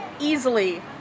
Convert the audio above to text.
easily